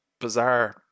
bizarre